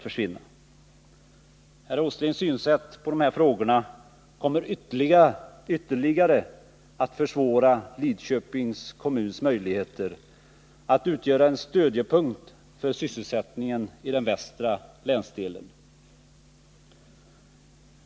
Herr Åslings syn på dessa frågor kommer ytterligare att försvåra Lidköpings kommuns möjligheter att utgöra en stödjepunkt för sysselsättningen i den västra länsdelen.